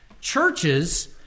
Churches